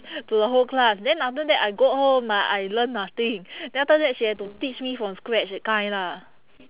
to the whole class then after that I got home uh I learn nothing then after that she had to teach me from scratch that kind lah